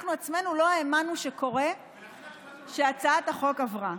עצמנו לא האמנו שקורה שהצעת החוק עברה.